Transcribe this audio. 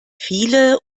viele